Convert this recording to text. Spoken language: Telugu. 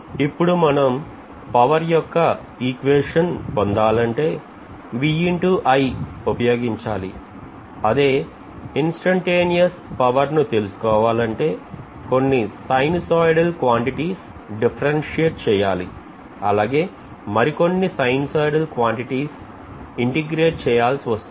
ఇప్పుడు మనం పవర్ యొక్క ఈక్వేషన్ పొందాలంటే ఉపయోగించాలి అదే Instantaneous పవర్ను తెలుసుకోవాలంటే కొన్ని sinusoidal quantities differentiate చేయాలి అలాగే మరికొన్ని sinusoidal quantities integrate చేయాల్సి వస్తుంది